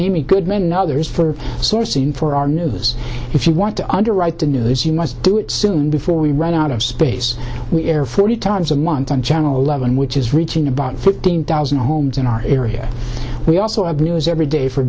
amy goodman others for sourcing for our news if you want to underwrite the news you must do it soon before we run out of space we air forty times a month on channel eleven which is reaching about fifteen thousand homes in our area we also have news every day for